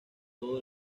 todo